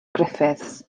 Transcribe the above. griffiths